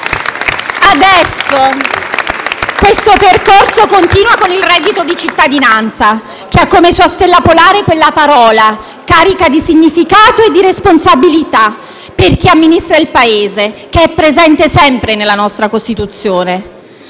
Adesso, questo percorso continua con il reddito di cittadinanza che ha come Stella Polare quella parola, carica di significato e di responsabilità per chi amministra il Paese, che è presente sempre nella nostra Costituzione,